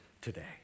today